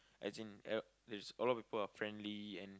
as in uh there's a lot of people are friendly and